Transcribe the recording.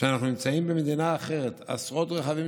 שאנחנו נמצאים במדינה אחרת: עשרות רכבים